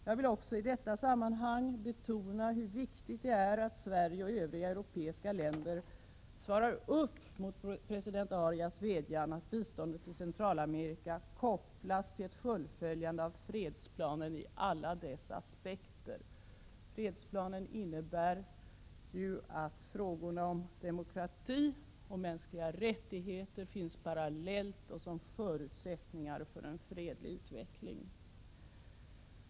Jag vill i detta sammanhang betona hur viktigt det är att Sverige och övriga europeiska länder tillmötesgår president Arias vädjan att biståndet till Centralamerika kopplas till ett fullföljande av fredsplanen i alla dess aspekter. Fredsplanen innebär att frågorna om demokrati och mänskliga rättigheter finns parallellt med och som förutsättningar för en fredlig utveckling.